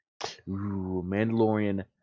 Mandalorian